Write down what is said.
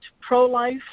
pro-life